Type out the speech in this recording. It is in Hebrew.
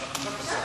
אולי אפשר,